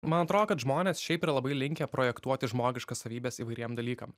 man atrodo kad žmonės šiaip yra labai linkę projektuoti žmogiškas savybes įvairiem dalykam